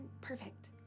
perfect